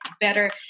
better